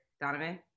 Donovan